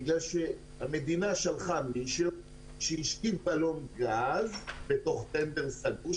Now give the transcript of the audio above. בגלל שהמדינה שלחה מישהו שהשתיל בלון גז בתוך טנדר סגור,